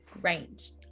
Great